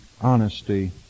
honesty